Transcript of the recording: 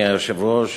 אדוני היושב-ראש,